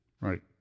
Right